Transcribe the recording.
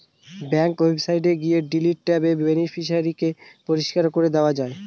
bank ওয়েবসাইটে গিয়ে delete ট্যাবে বেনিফিশিয়ারি কে পরিষ্কার করে দেওয়া যায়